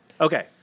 Okay